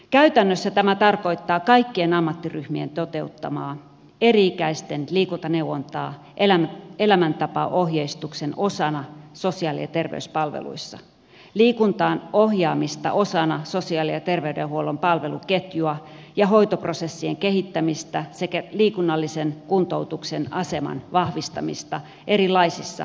käytännössä tämä tarkoittaa kaikkien ammattiryhmien toteuttamaa eri ikäisten liikuntaneuvontaa elämäntapaohjeistuksen osana sosiaali ja terveyspalveluissa liikuntaan ohjaamista osana sosiaali ja terveydenhuollon palveluketjua ja hoitoproses sien kehittämistä sekä liikunnallisen kuntoutuksen aseman vahvistamista erilaisissa potilasryhmissä